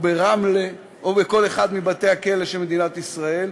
ברמלה בכל אחד מבתי-הכלא של מדינת ישראל,